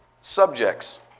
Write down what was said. subjects